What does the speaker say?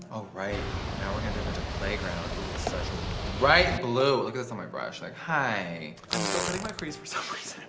oh right. now we're gonna dip into playground oh, it's such a right below. look at this on my brush. like hi. i'm still cutting my crease for summers.